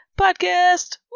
Podcast